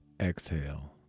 exhale